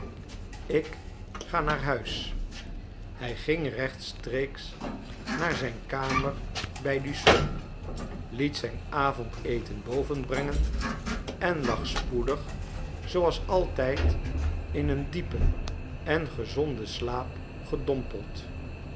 ik ga naar huis hij ging rechtstreeks naar zijn kamer bij dussot liet zijn avondeten boven brengen en lag spoedig zooals altijd in een diepen en gezonden slaap gedompeld